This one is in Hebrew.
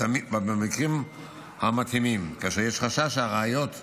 במקרים המתאימים, כאשר יש חשש שהראיות יועלמו,